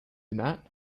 that